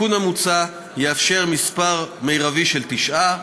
התיקון המוצע יאפשר מספר מרבי של תשעה,